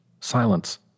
Silence